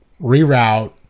Reroute